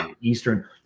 eastern